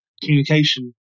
communication